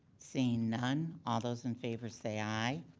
seeing none, all those in favor say aye.